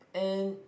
and